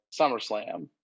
SummerSlam